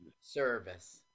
Service